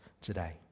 today